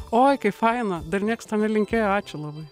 oi kaip faina dar nieks to nelinkėjo ačiū labai